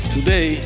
Today